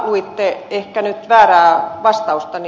luitte ehkä nyt väärää vastaustani